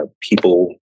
people